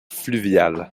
fluvial